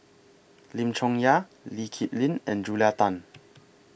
Lim Chong Yah Lee Kip Lin and Julia Tan